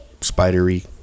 spidery